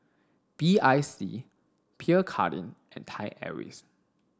B I C Pierre Cardin and Thai Airways